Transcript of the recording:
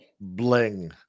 bling